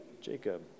Jacob